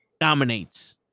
Dominates